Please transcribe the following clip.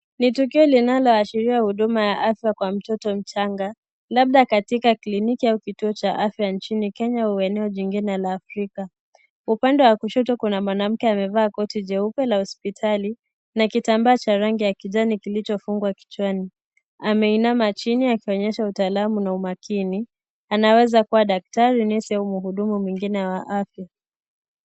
Ni tukio linaloashiria huduma ya afya kwa mtoto mchanga, labda katika kliniki au kituo cha afya nchini Kenya au eneo jingine la Afrika. Upande wa kushoto kuna mwanamke amevaa koti jeupe la hospitali na kitambaa cha rangi ya kijani kilichofungwa kichwani. Ameinama chini akionyesha utaalamu umakini. Anaweza kuwa daktari, nesi au muhudumu mwingine wa afya.